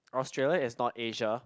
Australia is not Asia